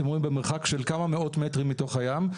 אתם רואים במרחק של כמה מאות מטרים בתוך הים.